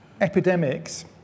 epidemics